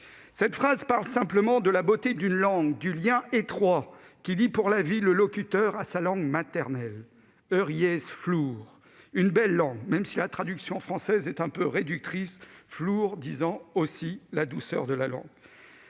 Cette phrase parle simplement de la beauté d'une langue, du lien étroit qui lie pour la vie le locuteur à sa langue maternelle., une belle langue, même si la traduction française est un peu réductrice, disant aussi la douceur de la langue.